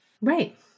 Right